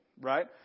right